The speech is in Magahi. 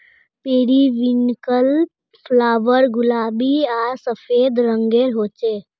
पेरिविन्कल फ्लावर गुलाबी आर सफ़ेद रंगेर होचे